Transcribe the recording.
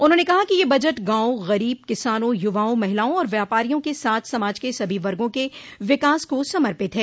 उन्होंने कहा कि यह बजट गांवों गरीब किसानों यवाओं महिलाओं और व्यापारियों के साथ समाज के सभी वर्गो के विकास को समर्पित है